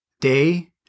Day